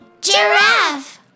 giraffe